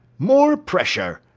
more pressure!